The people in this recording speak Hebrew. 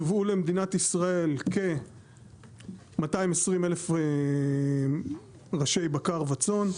יובאו לישראל 220 אלף ראשי בקר וצאן,